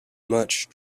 much